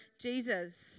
Jesus